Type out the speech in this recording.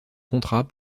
contrat